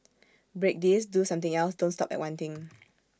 break this do something else don't stop at one thing